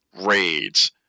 raids